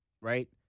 right